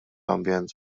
ambjent